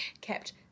kept